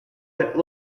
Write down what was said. that